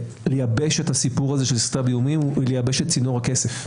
לייבש את הסיפור הזה של סחיטה באיומים הוא לייבש את צינור הכסף.